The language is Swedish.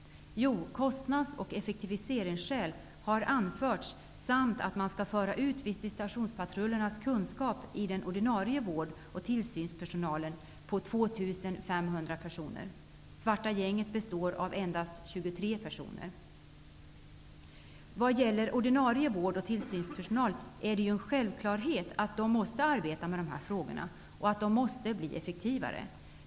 Jo, kostnads och effektiviseringsskäl har anförts. Dessutom har det anförts att man skall föra ut visitationspatrullernas kunskaper i den ordinarie vården och till tillsynspersonalen om 2 500 personer. Svarta gänget består av endast 23 personer. Vad gäller ordinarie vård och tillsynspersonal är det en självklarhet att man måste arbeta med de här frågorna och att man måste bli effektivare.